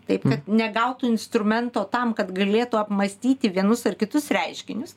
taip kad negautų instrumento tam kad galėtų apmąstyti vienus ar kitus reiškinius